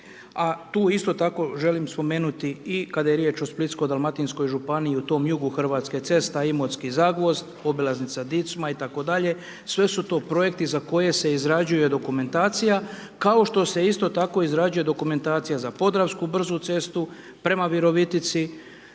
A tu isto tako želim spomenuti i kada je riječ o Splitsko-dalmatinskoj županiji, u tom jugu hrvatske, cesta Imotski – Zagvozd, obilaznica Dicma itd., sve su to projekti za koje se izrađuje dokumentacija, kao što se isto tako izrađuje dokumentacija za Podravsku brzu cestu, prema Virovitici,